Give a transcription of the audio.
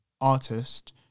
artist